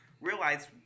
realize